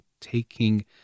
taking